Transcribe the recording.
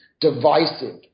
divisive